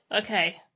okay